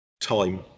time